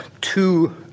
two